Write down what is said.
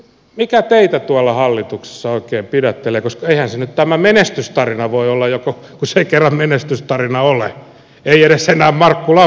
mikä teitä tuolla hallituksessa oikein pidättelee koska eihän se nyt tämä menestystarina voi olla kun se ei kerran menestystarina ole ei edes enää markku laukkasen mielestä